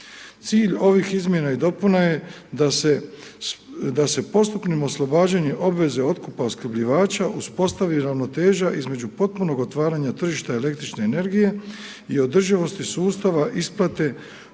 Cilj ovih izmjena i dopuna je da se postupnim oslobađanjem obveze otkupa opskrbljivača uspostavi ravnoteža između potpunog otvaranja tržišta električne energije i održivosti sustava isplate